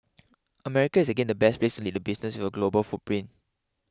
America is again the best place to lead a business with a global footprint